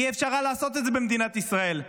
לא היה אפשר לעשות את זה במדינת ישראל,